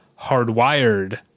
hardwired